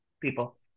people